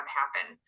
happen